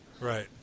Right